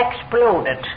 exploded